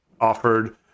offered